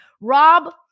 Rob